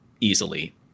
easily